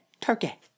turkey